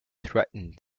threatened